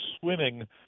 swimming